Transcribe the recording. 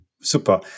Super